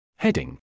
Heading